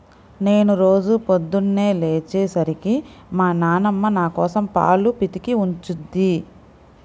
నేను రోజూ పొద్దన్నే లేచే సరికి మా నాన్నమ్మ నాకోసం పాలు పితికి ఉంచుద్ది